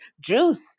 Juice